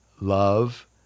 love